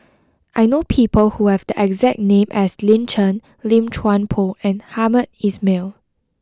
I know people who have the exact name as Lin Chen Lim Chuan Poh and Hamed Ismail